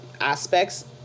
aspects